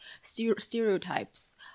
stereotypes